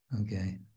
Okay